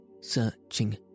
searching